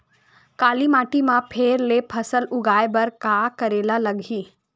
काली माटी म फेर ले फसल उगाए बर का करेला लगही?